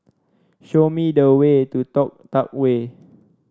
show me the way to Toh Tuck Way